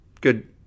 good